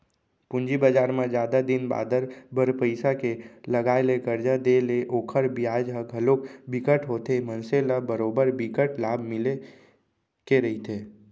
पूंजी बजार म जादा दिन बादर बर पइसा के लगाय ले करजा देय ले ओखर बियाज ह घलोक बिकट होथे मनसे ल बरोबर बिकट लाभ मिले के रहिथे